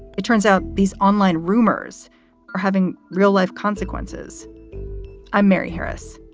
it turns out these online rumors are having real life consequences i'm mary harris.